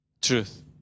truth